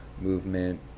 movement